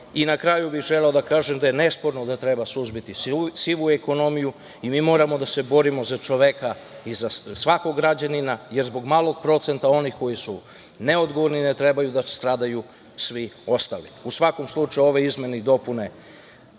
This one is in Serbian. kraju bih želeo da kažem da je nesporno da treba suzbiti sivu ekonomiju i mi moramo da se borimo za čoveka i za svakog građanina, jer zbog malog procenta onih koji su neodgovorni ne treba da stradaju svi ostali.U svakom slučaju, ove izmene i dopune